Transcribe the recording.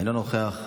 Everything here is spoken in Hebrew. אינו נוכח,